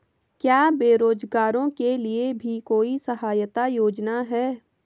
क्या बेरोजगारों के लिए भी कोई सहायता योजना है?